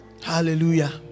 Hallelujah